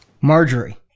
Marjorie